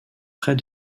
près